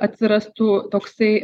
atsirastų toksai